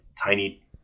tiny